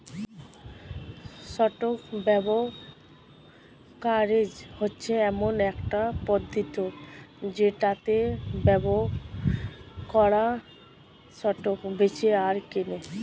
stock brokerage হচ্ছে এমন একটা পদ্ধতি যেটাতে ব্রোকাররা স্টক বেঁচে আর কেনে